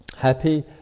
happy